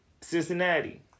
Cincinnati